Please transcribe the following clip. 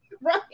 Right